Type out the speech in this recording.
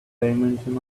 dimension